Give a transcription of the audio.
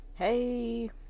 Hey